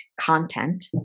content